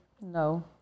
No